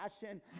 passion